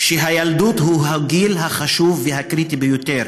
שהילדות היא הגיל החשוב והקריטי ביותר